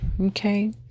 Okay